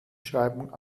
schreibung